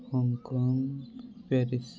Hong Kong Paris